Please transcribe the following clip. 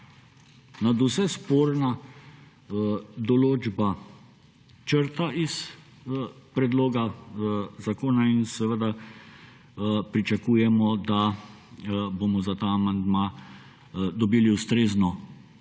nadvse sporna določba črta iz predloga zakona. In seveda pričakujemo, da bomo za ta amandma dobili ustrezno